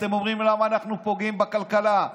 אתם אומרים: למה אנחנו פוגעים בכלכלה.